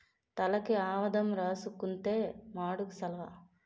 తలకి ఆవదం రాసుకుంతే మాడుకు సలవ